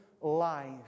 life